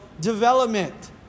development